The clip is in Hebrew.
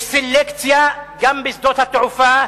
יש סלקציה גם בשדות התעופה.